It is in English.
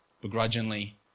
begrudgingly